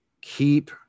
Keep